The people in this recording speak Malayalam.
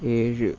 ഏഴ്